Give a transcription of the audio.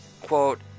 quote